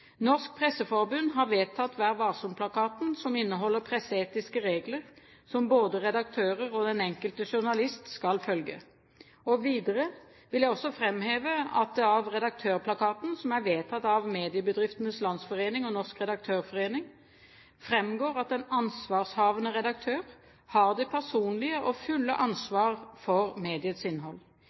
Norsk Presseforbund har vedtatt Vær Varsom-plakaten, som inneholder presseetiske regler som både redaktører og den enkelte journalist skal følge. Videre vil jeg også framheve at det av Redaktørplakaten, som er vedtatt av Mediebedriftenes Landsforening og Norsk Redaktørforening, framgår at den ansvarshavende redaktør har det personlige ansvar for mediets innhold.